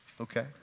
Okay